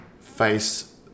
face